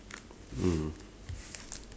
mm